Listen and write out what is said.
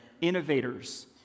innovators